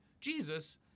Jesus